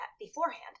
beforehand